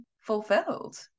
fulfilled